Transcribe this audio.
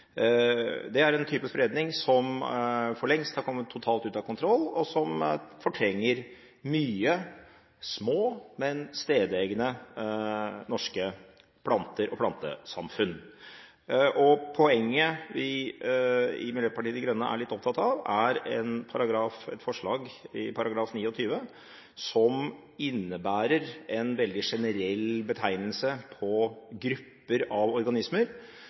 Det er en type spredning som for lengst har kommet totalt ut av kontroll, og som fortrenger mange små, men stedegne, norske planter og plantesamfunn. Poenget vi i Miljøpartiet De Grønne er litt opptatt av, er et forslag i § 29 som innebærer en veldig generell betegnelse på grupper av organismer.